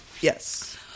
Yes